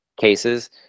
cases